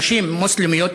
נשים מוסלמיות,